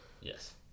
Yes